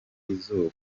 izuba